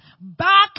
back